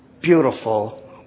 beautiful